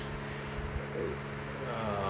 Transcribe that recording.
uh ya